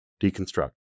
Deconstruct